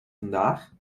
vandaag